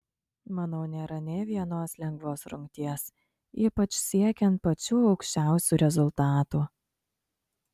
manau nėra nė vienos lengvos rungties ypač siekiant pačių aukščiausių rezultatų